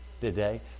today